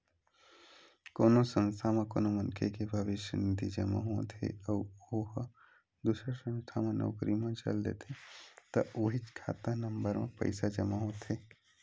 कोनो संस्था म कोनो मनखे के भविस्य निधि जमा होत हे अउ ओ ह दूसर संस्था म नउकरी म चल देथे त उहींच खाता नंबर म पइसा जमा होथे